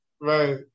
right